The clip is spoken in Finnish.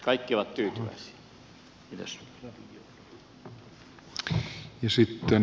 kaikki ovat tyytyväisiä